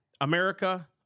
America